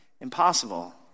impossible